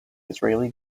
israeli